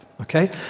Okay